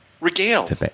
Regale